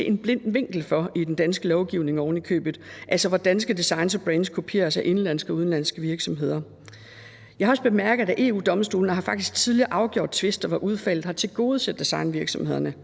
er en blind vinkel for i den danske lovgivning ovenikøbet – altså hvor danske designs og brands kopieres af indenlandske og udenlandske virksomheder. Jeg har også bemærket, at EU-Domstolen faktisk tidligere har afgjort tvister, hvor udfaldet har tilgodeset designvirksomhederne.